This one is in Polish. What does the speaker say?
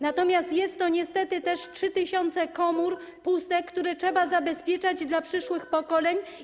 Natomiast jest to też niestety 3 tys. komór pustych, które trzeba zabezpieczać dla przyszłych pokoleń.